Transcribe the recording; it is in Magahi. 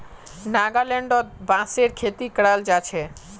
नागालैंडत बांसेर खेती कराल जा छे